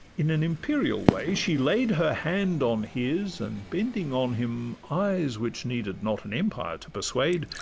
in an imperial way, she laid her hand on his, and bending on him eyes which needed not an empire to persuade,